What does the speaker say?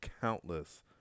countless